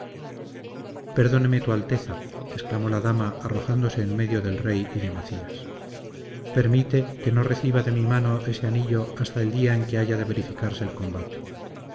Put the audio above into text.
perdóneme tu alteza exclamó la dama arrojándose en medio del rey y de macías permite que no reciba de mi mano ese anillo hasta el día en que haya de verificarse el combate